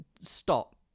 stop